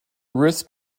risk